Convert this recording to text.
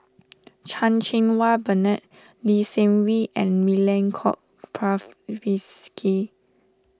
Chan Cheng Wah Bernard Lee Seng Wee and Milenko Prvacki